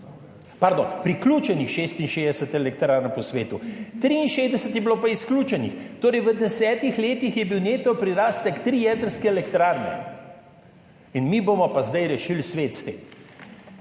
Pardon, priključenih je bilo 66 elektrarn po svetu, 63 je bilo pa izključenih. Torej, v desetih letih je bil neto prirastek tri jedrske elektrarne. Mi bomo pa zdaj s tem rešili svet.